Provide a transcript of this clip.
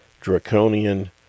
draconian